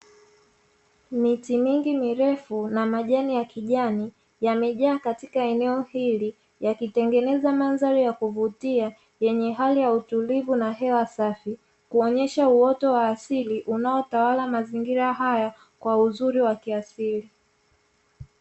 Miti mingi mirefu na majani ya kijani, yamejaa katika eneo hili; yakitengeneza mandhari ya kuvutia, yenye hali ya utulivu na hewa safi, kuonyesha uoto wa asili unaotawala mazingira haya kwa uzuri wa kiasili.